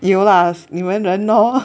有啦你们人咯